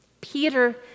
Peter